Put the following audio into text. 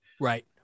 Right